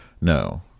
No